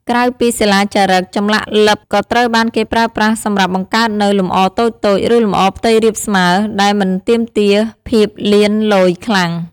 ក្រៅពីសិលាចារឹក ចម្លាក់លិបក៏ត្រូវបានគេប្រើប្រាស់សម្រាប់បង្កើតនូវ លម្អតូចៗ ឬលម្អផ្ទៃរាបស្មើ ដែលមិនទាមទារភាពលៀនលយខ្លាំង។